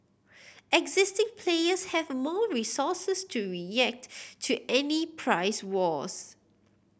existing players have more resources to react to any price wars